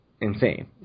insane